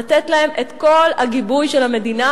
לתת להן את כל הגיבוי של המדינה,